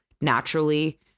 naturally